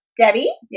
Debbie